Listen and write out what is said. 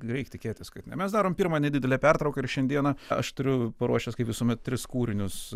reik tikėtis kad ne mes darom pirmą nedidelę pertrauką ir šiandieną aš turiu paruošęs kaip visuomet tris kūrinius